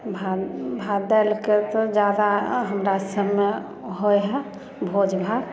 भात दालिके से जादा हमरा सबमे होइ हइ भोज भात